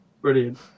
Brilliant